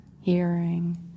hearing